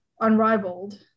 unrivaled